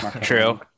true